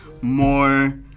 more